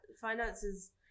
finances